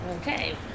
Okay